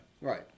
Right